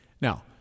Now